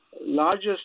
largest